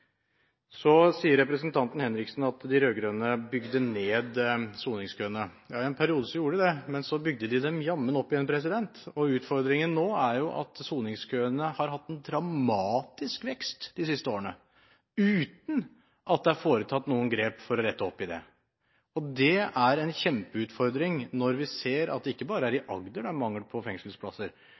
Representanten Henriksen sier at de rød-grønne bygde ned soningskøene. Ja, i en periode gjorde de det, men så bygde de dem jammen opp igjen. Utfordringen nå er at soningskøene har hatt en dramatisk vekst de siste årene, uten at det er tatt noen grep for å rette opp i det. Det er en kjempeutfordring når vi ser at det ikke bare er i Agder det er mangel på fengselsplasser